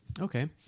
Okay